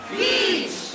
beach